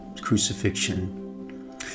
crucifixion